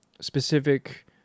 specific